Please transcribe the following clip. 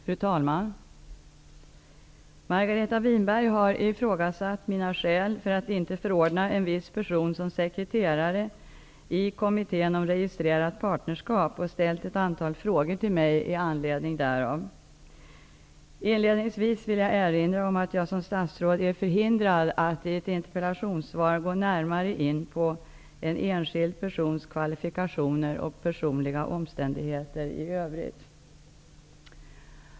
Fru talman! Margareta Winberg har ifrågasatt mina skäl för att inte förordna en viss person som sekreterare i kommittén om registrerat partnerskap och ställt ett antal frågor till mig med anledning därav. Inledningsvis vill jag erinra om att jag som statsråd är förhindrad att i ett interpellationssvar gå närmare in på en enskild persons kvalifikationer och personliga omständigheter i övrigt.